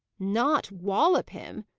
not wallop him!